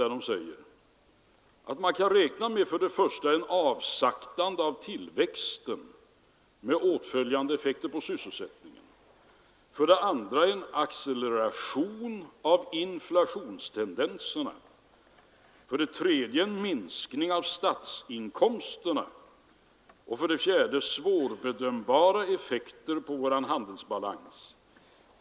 Där sägs att man kan räkna med för det första ett avsaktande av tillväxten med åtföljande effekter på sysselsättningen, för det andra en acceleration av inflationstendenserna, för det tredje en minskning av statsinkomsterna och för det fjärde svårbedömbara effekter på handelsbalansen.